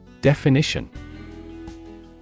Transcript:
Definition